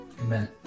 Amen